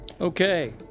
Okay